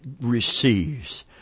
receives